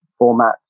formats